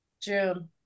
June